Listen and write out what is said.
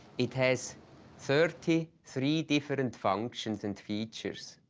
it has thirty three different functions and features.